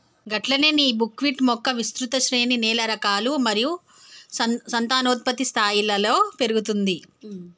గట్లనే నీ బుక్విట్ మొక్క విస్తృత శ్రేణి నేల రకాలు మరియు సంతానోత్పత్తి స్థాయిలలో పెరుగుతుంది